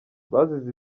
bazize